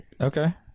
Okay